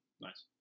Nice